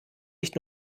nicht